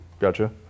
Gotcha